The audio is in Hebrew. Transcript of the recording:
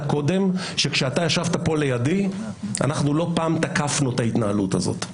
קודם וכאשר אתה ישבת כאן לידי לא פעם תקפנו את ההתנהלות הזאת.